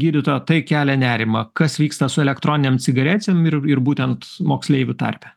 gydytoja tai kelia nerimą kas vyksta su elektroninėm cigarecėm ir ir būtent moksleivių tarpe